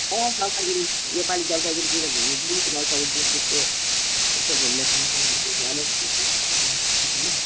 अँ जलपाइगुढी योपालि जलपाइगुढीतिर घुम्नु जाऔँ जलपाइगुढी डिस्ट्रिकको यसो घुम्ने